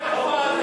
חובה.